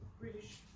British